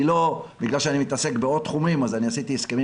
בגלל שאני מתעסק בעוד תחומים עשיתי הסכמים